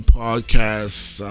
podcasts